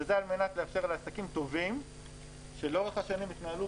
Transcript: על מנת לאפשר לעסקים טובים שלאורך השנים התנהלו